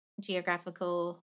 geographical